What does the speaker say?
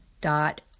dot